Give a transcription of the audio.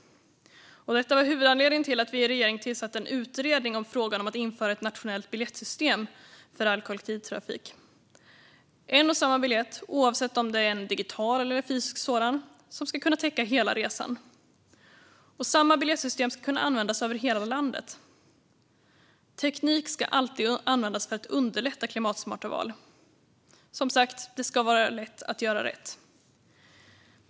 Detta var huvudanledningen till att vi i regeringen tillsatte en utredning om frågan att införa ett nationellt biljettsystem för all kollektivtrafik. En och samma biljett, oavsett om det är en digital eller en fysisk sådan, ska kunna täcka hela resan. Samma biljettsystem ska kunna användas över hela landet. Teknik ska alltid användas för att underlätta klimatsmarta val. Som sagt: Det ska vara lätt att göra rätt.